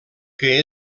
que